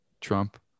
Trump